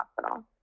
hospital